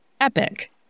Epic